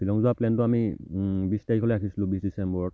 শ্বিলং যোৱা প্লেনটো আমি বিশ তাৰিখলৈ ৰাখিছিলোঁ বিছ ডিচেম্বৰত